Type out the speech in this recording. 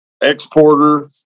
exporter